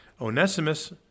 Onesimus